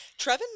Trevin